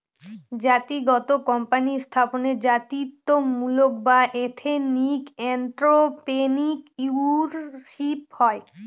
জাতিগত কোম্পানি স্থাপনে জাতিত্বমূলক বা এথেনিক এন্ট্রাপ্রেনিউরশিপ হয়